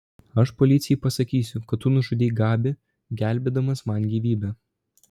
aš policijai pasakysiu kad tu nužudei gabį gelbėdamas man gyvybę